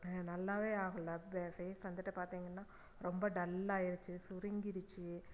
நல்லாவே ஆகலை பே ஃபேஸ் வந்துட்டு பார்த்திங்கன்னா ரொம்ப டல் ஆயிடுச்சு சுருங்கிடுச்சு